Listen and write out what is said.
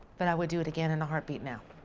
but i would do it again in a heartbeat now.